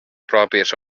pròpies